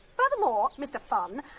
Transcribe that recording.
furthermore, mr funn,